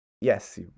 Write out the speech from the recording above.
Yes